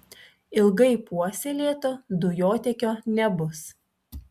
ilgai puoselėto dujotiekio nebus